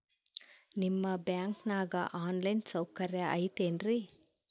ನಿಮ್ಮ ಬ್ಯಾಂಕನಾಗ online ಸೌಕರ್ಯ ಐತೇನ್ರಿ?